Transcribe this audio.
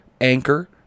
Anchor